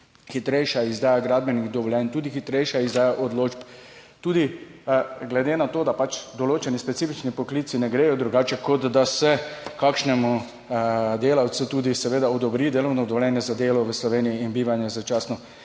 hitrejša izdaja gradbenih dovoljenj, tudi hitrejša izdaja odločb. Tudi glede na to, da pač določeni specifični poklici ne gredo drugače, kot da se kakšnemu delavcu tudi seveda odobri delovno dovoljenje za delo v Sloveniji in bivanje začasno.